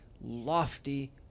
lofty